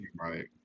right